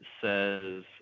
says